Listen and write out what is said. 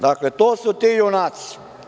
Dakle, to su ti junaci.